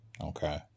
Okay